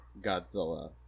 Godzilla